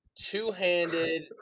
two-handed